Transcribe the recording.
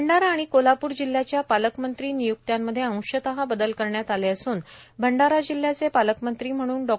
भंडारा आणि कोल्हाप्र जिल्ह्याच्या पालकमंत्री निय्क्त्यांमध्ये अंशत बदल करण्यात आले असून भंडारा जिल्ह्याचे पालकमंत्री म्हणून डॉ